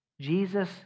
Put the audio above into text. Jesus